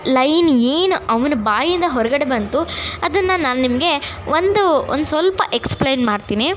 line ಏನು ಅವನ ಬಾಯಿಂದ ಹೊರಗಡೆ ಬಂತು ಅದನ್ನು ನಾನು ನಿಮಗೆ ಒಂದು ಒಂದ್ಸ್ವಲ್ಪ ಎಕ್ಸ್ಪ್ಲೇನ್ ಮಾಡ್ತೀನಿ